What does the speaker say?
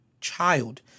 child